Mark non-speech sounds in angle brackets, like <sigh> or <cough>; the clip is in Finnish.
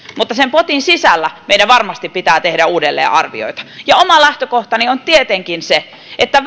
mutta sen potin sisällä meidän varmasti pitää tehdä uudelleen arvioita oma lähtökohtani on tietenkin se että <unintelligible>